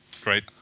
great